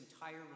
entire